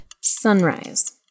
Sunrise